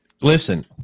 Listen